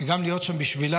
וגם להיות ששם בשבילן,